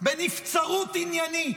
בנבצרות עניינית.